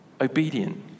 obedient